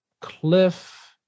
Cliff